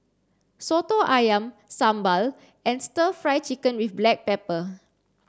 Soto Ayam Sambal and stir fry chicken with black pepper